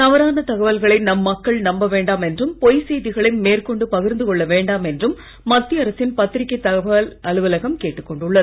தவறான தகவல்களை மக்கள் நம்ப வேண்டாம் என்றும் பொய்ச் செய்திகளை மேற்கொண்டு பகிர்ந்து கொள்ள வேண்டாம் என்றும் மத்திய அரசின் பத்தரிக்கை தகவல் அலுவலகம் கேட்டுக் கொண்டுள்ளது